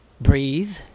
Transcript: breathe